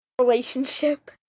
relationship